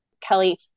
Kelly